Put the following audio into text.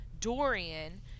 Dorian